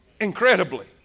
Incredibly